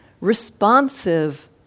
responsive